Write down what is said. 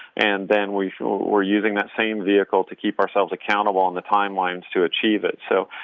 and then we're so we're using that same vehicle to keep ourselves accountable on the timelines to achieve it. so